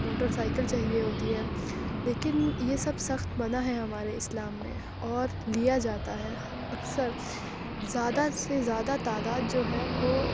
motor cycle چاہیے ہوتی ہے لیکن یہ سب سخت منع ہے ہمارے اِسلام میں اور لیا جاتا ہے اکثر زیادہ سے زیادہ تعداد جو ہے وہ